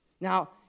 Now